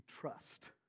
trust